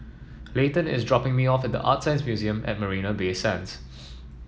Leighton is dropping me off at ArtScience Museum at Marina Bay Sands